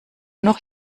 noch